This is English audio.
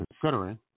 Considering